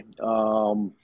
Okay